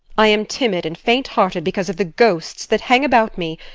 i am timid and faint-hearted because of the ghosts that hang about me,